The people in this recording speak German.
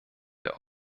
der